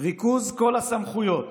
"ריכוז כל הסמכויות,